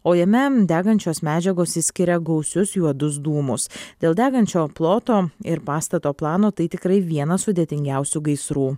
o jame degančios medžiagos išskiria gausius juodus dūmus dėl degančio ploto ir pastato plano tai tikrai vienas sudėtingiausių gaisrų